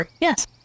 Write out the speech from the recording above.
Yes